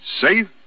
Safe